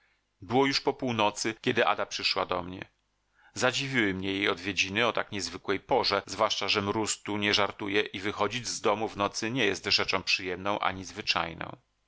było już po północy kiedy ada przyszła do mnie zadziwiły mnie jej odwiedziny o tak niezwykłej porze zwłaszcza że mróz tu nie żartuje i wychodzić z domu w nocy nie jest rzeczą przyjemną ani zwyczajną